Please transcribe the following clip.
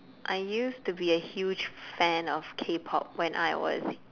I used to be a huge fan of K-pop when I was